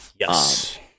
Yes